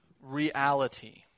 reality